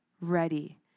ready